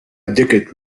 decade